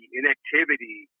inactivity